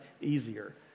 easier